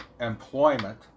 employment